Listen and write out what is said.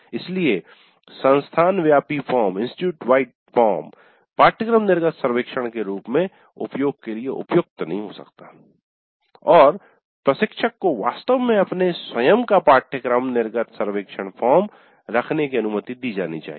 इसलिए संस्थान व्यापी फॉर्म 'पाठ्यक्रम निर्गत सर्वेक्षण' के रूप में उपयोग के लिए उपयुक्त नहीं हो सकता है और प्रशिक्षक को वास्तव में अपना स्वयं का पाठ्यक्रम निर्गत सर्वेक्षण फॉर्म रखने की अनुमति दी जानी चाहिए